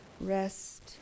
Rest